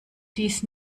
dies